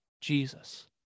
Jesus